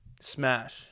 Smash